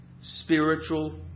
spiritual